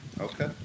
Okay